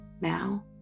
Now